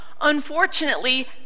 Unfortunately